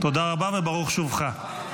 תודה רבה וברוך שובך.